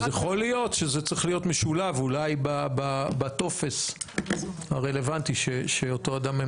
אז יכול להיות שזה צריך להיות משולב בטופס הרלוונטי שאותו אדם ממלא.